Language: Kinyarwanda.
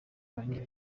yanjye